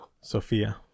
Sophia